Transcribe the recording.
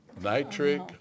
nitric